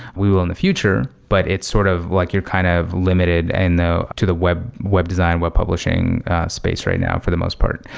we will in the future, but it's sort of like you're kind of limited and to the web web design, web publishing space right now for the most part.